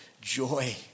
joy